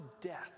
death